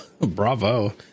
bravo